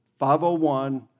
501